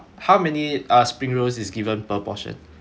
how many uh spring rolls is given per portion